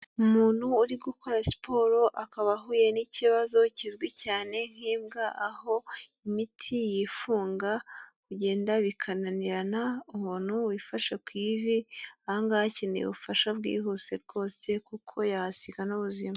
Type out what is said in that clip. Umuntu uri gukora siporo akaba ahuye n'ikibazo kizwi cyane nk'imbwa ahom imitsi yifunga kugenda bikananirana, umuntu wifashe ku ivi, aha ngaha akeneye ubufasha bwihuse rwose kuko yahasiga n'ubu ubuzima.